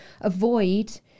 avoid